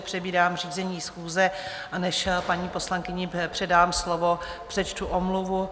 Přebírám řízení schůze, a než paní poslankyni předám slovo, přečtu omluvu.